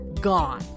Gone